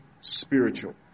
spiritual